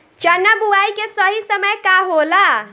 चना बुआई के सही समय का होला?